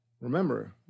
Remember